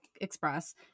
Express